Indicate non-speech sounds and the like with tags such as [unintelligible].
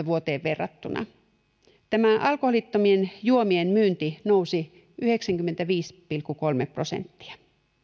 [unintelligible] vuoteen kaksituhattaneljätoista verrattuna tämä alkoholittomien juomien myynti nousi yhdeksänkymmentäviisi pilkku kolme prosenttia